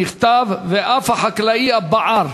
נכתב: "ואף החקלאי הבער,